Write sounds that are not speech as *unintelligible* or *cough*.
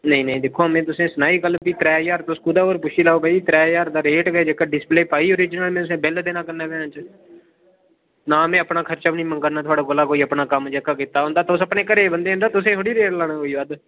नेईं नेईं दिक्खो हां में तुसें सनाई गल्ल कि नी त्रै ज्हार तुस कुतैं होर पुच्छी लाओ भई त्रै ज्हार दा रेट गै जेह्का डिस्प्ले पाई ओरिजिनल तुसें में कन्नै बिल देना *unintelligible* ना में अपना खर्चा बी नेईं मंगा ना थुआड़े कोला कोई अपना कम्म जेह्का कीता होंदा तुस अपने घरे दे बंदे न तुसें थोड़ी रेट लाना कोई बद्ध